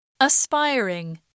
Aspiring